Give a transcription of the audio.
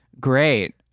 Great